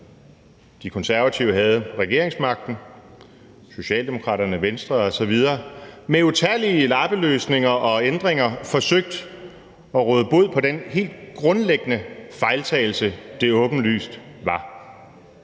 De Konservative, som havde regeringsmagten, Socialdemokraterne, Venstre osv. – med utallige lappeløsninger og ændringer forsøgt at råde bod på den helt grundlæggende fejltagelse, den åbenlyst var.